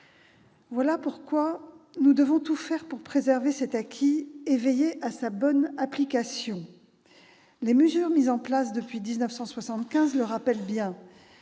Voilà pourquoi nous devons tout faire pour préserver cet acquis et veiller à sa bonne application. Les mesures mises en place depuis 1975 en témoignent :